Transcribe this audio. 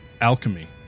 alchemy